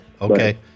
Okay